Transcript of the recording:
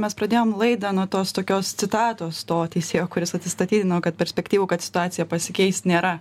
mes pradėjom laidą nuo tos tokios citatos to teisėjo kuris atsistatydino kad perspektyvų kad situacija pasikeis nėra